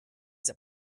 that